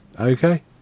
Okay